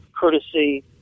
courtesy